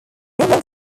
longer